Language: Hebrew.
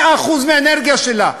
100% האנרגיה שלה,